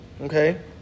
Okay